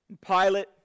Pilate